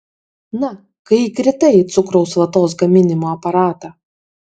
na kai įkritai į cukraus vatos gaminimo aparatą